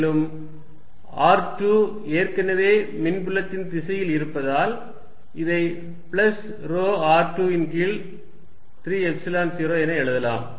மேலும் r2 ஏற்கனவே மின்புலத்தின் திசையில் இருப்பதால் இதை பிளஸ் ρ r2 ன் கீழ் 3 எப்சிலன் 0 என எழுதலாம்